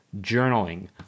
journaling